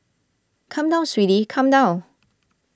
come down sweetie come down